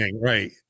Right